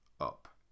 up